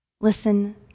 Listen